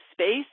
space